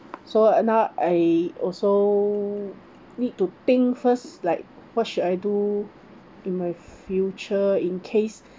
so and now I also need to think first like what should I do in my future in case